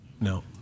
No